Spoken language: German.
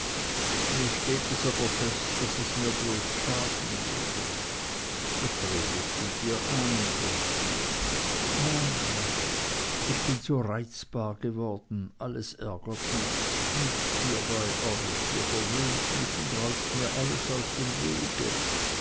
mir steht es aber fest daß es mir bloß schaden würde das redest du dir ein effi nein ich bin so reizbar geworden alles ärgert mich nicht hier bei euch ihr verwöhnt mich und räumt mir alles aus dem wege